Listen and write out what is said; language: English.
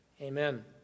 Amen